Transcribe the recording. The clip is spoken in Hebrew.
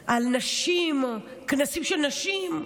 leaders, על נשים, כנסים של נשים.